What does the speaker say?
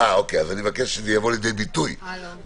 אוקיי, אז אני מבקש שזה יבוא לידי ביטוי בדיון.